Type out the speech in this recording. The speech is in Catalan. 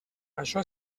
això